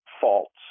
faults